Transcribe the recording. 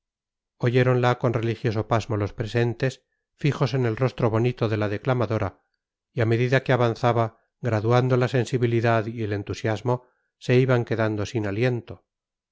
palabra oyéronla con religioso pasmo los presentes fijos en el rostro bonito de la declamadora y a medida que avanzaba graduando la sensibilidad y el entusiasmo se iban quedando sin aliento